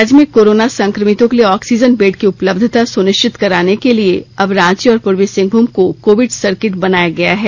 राज्य में कोरोना संक्रमितों के लिए ऑक्सीजन बेड की उपलब्धता सुनिश्चित कराने के लिए अब रांची और पूर्वी सिंहभूम को कोविड सर्किट बनाया गया है